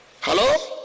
hello